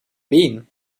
wen